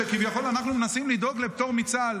שכביכול אנחנו מנסים לדאוג לפטור מצה"ל.